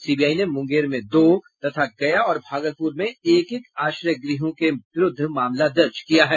CBI ने मुंगेर में दो तथा गया और भागलपुर में एक एक आश्रय गृहों के विरुद्ध मामला दर्ज किया है